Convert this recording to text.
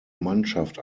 mannschaft